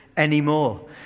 Anymore